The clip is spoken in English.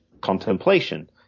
contemplation